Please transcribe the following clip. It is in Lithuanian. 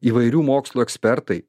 įvairių mokslų ekspertai